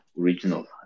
original